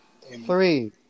Three